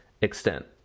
extent